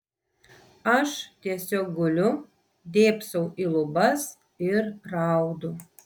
aš tiesiog guliu dėbsau į lubas ir raudu